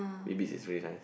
A B C is very nice